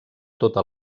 tota